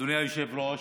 אדוני היושב-ראש,